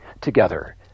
together